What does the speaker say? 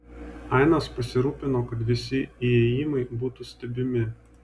ainas pasirūpino kad visi įėjimai būtų stebimi